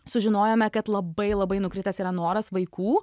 sužinojome kad labai labai nukritęs yra noras vaikų